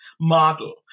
model